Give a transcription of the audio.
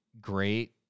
great